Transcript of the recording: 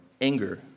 anger